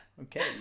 Okay